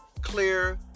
clear